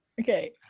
Okay